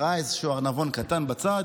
ראה איזשהו ארנבון קטן בצד.